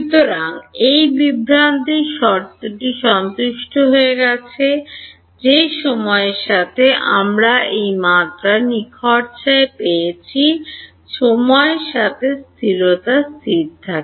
সুতরাং এই বিভ্রান্তির শর্তটি সন্তুষ্ট হয়ে গেছে যে সময়ের সাথে আমরা এই মাত্রা নিখরচায় পেয়ে যাচ্ছি সময়ের সাথে স্থিরতা স্থির থাকে